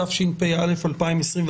התשפ"א 2021,